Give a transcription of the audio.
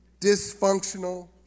Dysfunctional